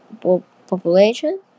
population